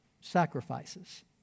sacrifices